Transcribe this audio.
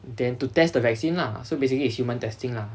then to test the vaccine lah so basically a human testing lah